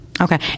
Okay